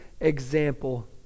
example